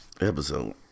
episode